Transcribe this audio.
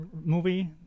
movie